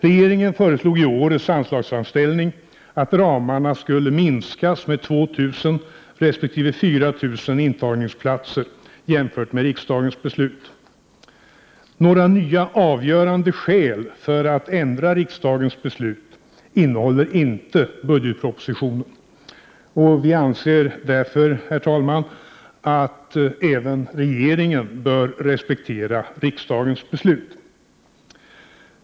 Regeringen föreslog i årets anslagsframställning att ramarna skulle minskas med 2 000 resp. 4 000 intagningsplatser jämfört med riksdagens beslut. Några nya avgörande skäl för att ändra riksdagens beslut innehåller inte budgetpropositionen. Vi anser därför, herr talman, att även regeringen bör respektera riksdagens beslut.